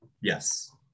Yes